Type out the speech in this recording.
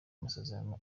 amasezerano